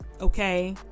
Okay